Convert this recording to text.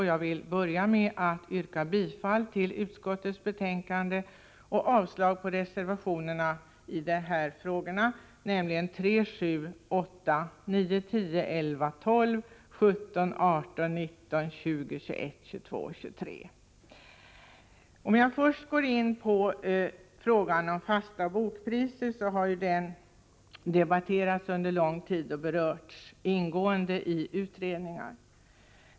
Jag vill börja med att yrka bifall till utskottets hemställan och avslag på reservationerna 3, 7, 8, 9, 10, 11, 12, 17, 18, 19, 20, 21, 22 och 23. Jag skall först ta upp frågan om fasta bokpriser, som har debatterats under lång tid och berörts ingående i utredningar.